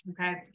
Okay